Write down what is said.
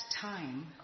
time